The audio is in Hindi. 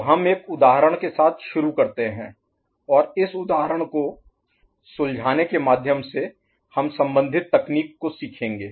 तो हम एक उदाहरण के साथ शुरू करते हैं और इस उदाहरण को सुलझाने के माध्यम से हम संबंधित तकनीक को सीखेंगे